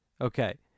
Okay